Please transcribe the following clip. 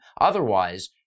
Otherwise